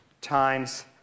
times